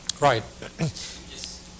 Right